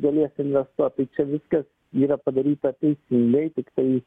galės investuot tai čia viskas yra padaryta teisingai tiktai